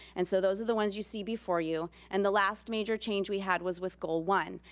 and so those are the ones you see before you. and the last major change we had was with goal one.